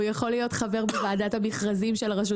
הוא יכול להיות חבר בוועדת המכרזים של הרשות